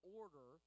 order